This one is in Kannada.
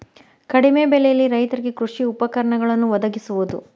ಕಡಿಮೆ ಬೆಲೆಯಲ್ಲಿ ರೈತರಿಗೆ ಕೃಷಿ ಉಪಕರಣಗಳನ್ನು ವದಗಿಸುವದು